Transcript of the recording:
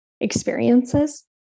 experiences